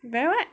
very what